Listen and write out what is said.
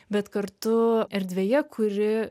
bet kartu erdvėje kuri